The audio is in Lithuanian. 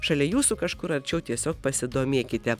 šalia jūsų kažkur arčiau tiesiog pasidomėkite